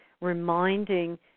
reminding